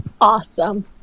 Awesome